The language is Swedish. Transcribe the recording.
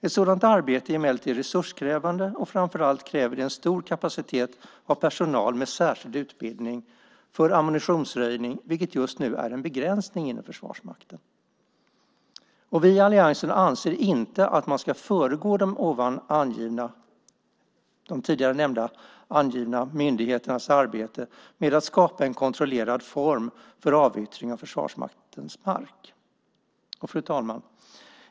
Ett sådant arbete är emellertid resurskrävande, och framför allt kräver det en stor kapacitet av personal med särskild utbildning för ammunitionsröjning, vilket just nu är en begränsning inom Försvarsmakten. Vi i alliansen anser inte att man ska föregå de tidigare nämnda angivna myndigheternas arbete med att skapa en kontrollerad form för avyttring av Försvarsmaktens mark. Fru talman!